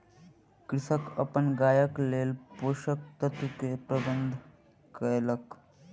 कृषक अपन गायक लेल पोषक तत्व के प्रबंध कयलक